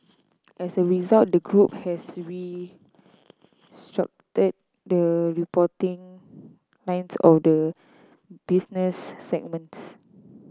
as a result the group has the reporting lines of the business segments